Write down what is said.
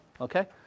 Okay